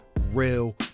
real